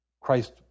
Christ